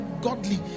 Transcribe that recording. godly